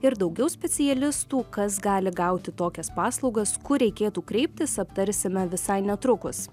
ir daugiau specialistų kas gali gauti tokias paslaugas kur reikėtų kreiptis aptarsime visai netrukus